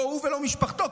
לא הוא ולא משפחתו,